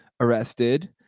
arrested